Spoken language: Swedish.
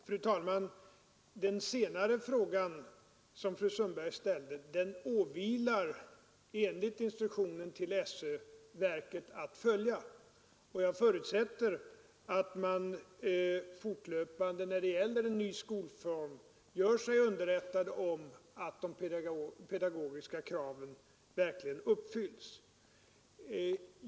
Fru talman! Enligt instruktionen till skolöverstyrelsen åvilar det verket att följa den fråga, som fru Sundberg till sist ställde. Jag förutsätter att skolöverstyrelsen när det gäller en ny skolform fortlöpande gör sig underrättad om att de pedagogiska kraven verkligen uppfylls.